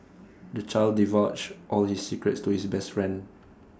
the child divulged all his secrets to his best friend